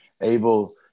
able